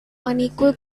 unequal